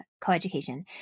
coeducation